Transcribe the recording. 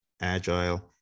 agile